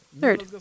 Third